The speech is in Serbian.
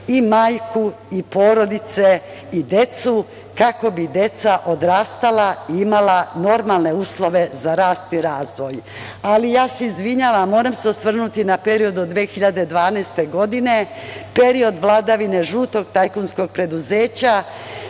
i majku i porodice i decu, kako bi deca odrastala i imala normalne uslove za rast i razvoj. Izvinjavam se, moram se osvrnuti na period od 2012. godine, period vladavine žutog tajkunskog preduzeća,